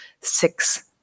six